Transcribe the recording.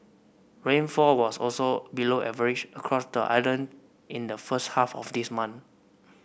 rainfall was also below average across the island in the first half of this month